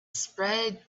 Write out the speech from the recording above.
spread